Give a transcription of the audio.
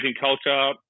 culture